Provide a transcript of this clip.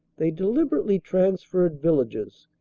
they deliberately transferred villages,